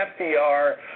FDR